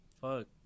Fuck